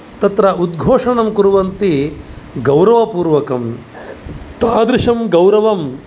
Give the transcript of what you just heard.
तत्र उद्घोषणं कुर्वन्ति गौरवपूर्वकं तादृशं गौरवं